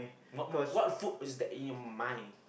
what what food is that you money